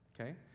okay